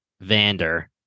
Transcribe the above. Vander